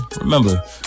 remember